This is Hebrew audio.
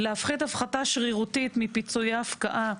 להפחית הפחתה שרירותית מפיצויי הפקעה,